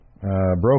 Broken